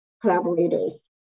collaborators